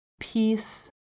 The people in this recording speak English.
peace